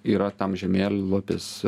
yra tam žemėlapis